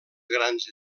grans